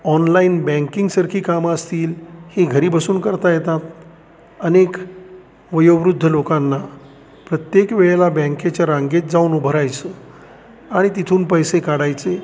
online बँकिंगसारखी कामं असतील ही घरी बसून करता येतात अनेक वयोवृद्ध लोकांना प्रत्येक वेळेला बँकेच्या रांगेत जाऊन उभं राहायचं आणि तिथून पैसे काढायचे